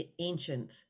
ancient